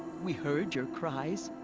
we heard your cries.